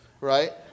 right